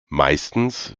meistens